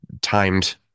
timed